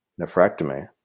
nephrectomy